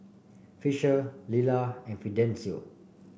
fisher Lila and Fidencio